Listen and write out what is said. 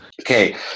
Okay